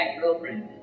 girlfriend